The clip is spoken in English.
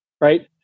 right